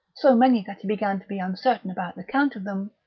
so many that he began to be uncertain about the count of them,